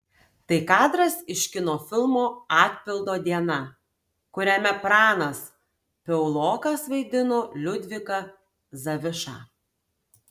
tai kadras iš kino filmo atpildo diena kuriame pranas piaulokas vaidino liudviką zavišą